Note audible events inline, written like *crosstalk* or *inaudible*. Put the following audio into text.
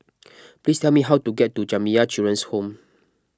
*noise* please tell me how to get to Jamiyah Children's Home